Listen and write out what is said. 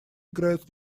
играют